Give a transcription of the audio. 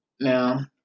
Now